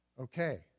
Okay